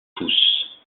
pouces